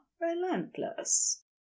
relentless